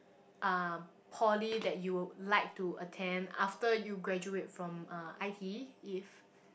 um poly that you would like to attend after you graduate from uh I_T_E if